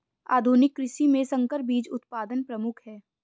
आधुनिक कृषि में संकर बीज उत्पादन प्रमुख है